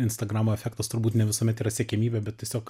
instagramo efektas turbūt ne visuomet yra siekiamybė bet tiesiog